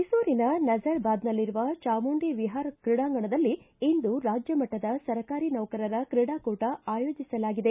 ಮೈಸೂರಿನ ನಜರಬಾದ್ನಲ್ಲಿರುವ ಚಾಮುಂಡಿ ವಿಹಾರ್ ಕ್ರೀಡಾಂಗಣದಲ್ಲಿ ಇಂದು ರಾಜ್ಯಮಟ್ಟದ ಸರ್ಕಾರಿ ಸೌಕರರ ಕ್ರೀಡಾಕೂಟ ಆಯೋಜಿಸಲಾಗಿದೆ